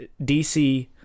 DC